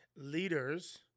leaders